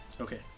Okay